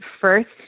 first